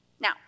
Now